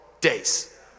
days